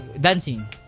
dancing